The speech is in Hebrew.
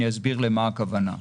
אסביר למה הכוונה: